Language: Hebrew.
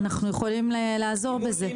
בעת הלחימה